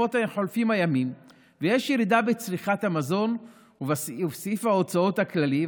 חולפים הימים ויש ירידה בצריכת המזון ובסעיף ההוצאות הכללי,